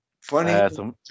funny